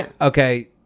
okay